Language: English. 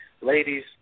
Ladies